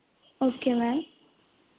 okay ma'am